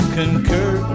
concur